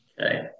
okay